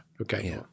okay